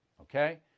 okay